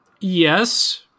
Yes